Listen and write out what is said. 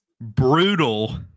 Brutal